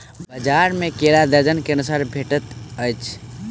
बजार में केरा दर्जन के अनुसारे भेटइत अछि